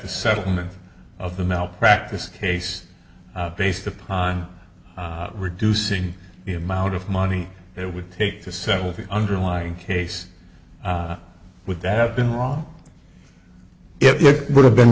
the settlement of the malpractise case based upon reducing the amount of money it would take to settle the underlying case with that have been wrong if it would have been